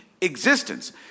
existence